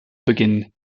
beginn